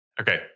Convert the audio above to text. Okay